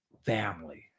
family